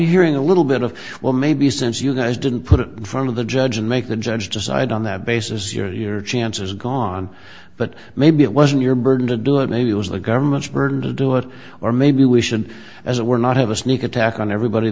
hearing a little bit of well maybe since you guys didn't put it in front of the judge and make the judge decide on that basis you're here chances gone but maybe it wasn't your burden to do it maybe it was the government's burden to do it or maybe we should as it were not have a sneak attack on everybody